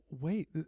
wait